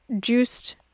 juiced